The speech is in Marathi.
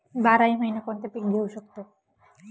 बाराही महिने कोणते पीक घेवू शकतो?